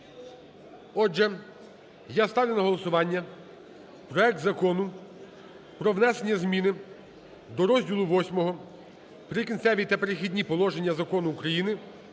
Отже, я ставлю на голосування проект закону про внесення зміни до Розділу VШ "Прикінцеві та перехідні положення" Закону України